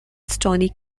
stoney